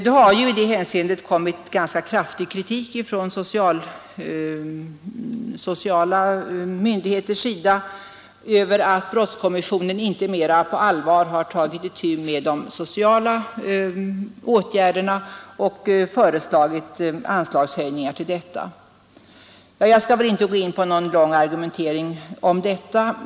Det har i det hänseendet framförts ganska kraftig kritik från sociala myndigheters sida över att brottskommissionen inte mera på allvar har tagit itu med de sociala åtgärderna och föreslagit anslagshöjningar därvidlag. Jag skall inte gå in på någon lång argumentering rörande den saken.